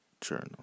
journal